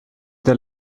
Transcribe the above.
der